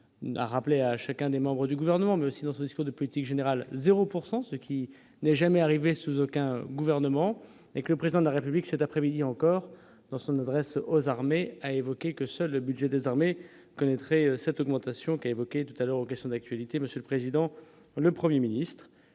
a rappelée à chacun des membres du gouvernement mais aussi dans ce discours de politique générale 0 pourcent ce ce qui n'est jamais arrivé sous aucun gouvernement avec le président de la République cet après-midi encore, dans son adresse aux armées a évoqué que seul le budget des armées cette augmentation, qui a évoqué tout à l'heure aux questions d'actualité, Monsieur le Président, le 1er ministre